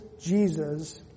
Jesus